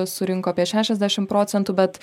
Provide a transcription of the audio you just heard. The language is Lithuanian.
surinko apie šešiasdešim procentų bet